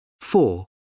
Four